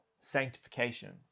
sanctification